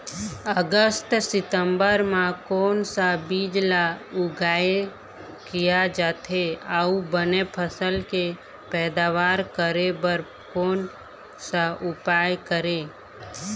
अगस्त सितंबर म कोन सा बीज ला उगाई किया जाथे, अऊ बने फसल के पैदावर करें बर कोन सा उपाय करें?